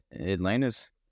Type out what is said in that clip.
Atlanta's